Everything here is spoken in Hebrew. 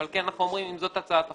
על כן אנחנו אומרים שאם זאת הצעת החוק,